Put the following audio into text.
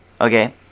Okay